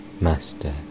Master